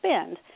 spend